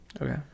Okay